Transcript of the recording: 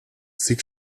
sieht